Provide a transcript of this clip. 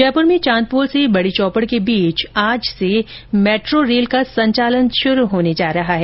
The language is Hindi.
जयपूर में चांदपोल से बड़ी चौपड़ के बीच आज से मेट्रो रेल का संचालन शुरू होने जा रहा है